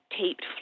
taped